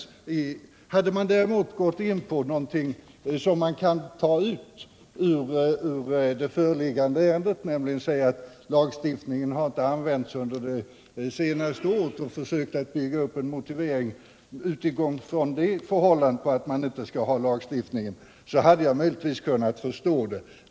are Hade de däremot gått in på någonting som man kan ta ut ur det fö = Fortsatt giltighet av religgande ärendet, t.ex. genom att säga att lagstiftningen inte har an = spaningslagen vänts under det senaste året, och utifrån det förhållandet sedan försökt bygga upp en motivering, hade jag möjligtvis kunna förstå dem.